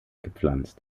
gepflanzt